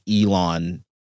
Elon